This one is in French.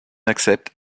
accepte